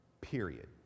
period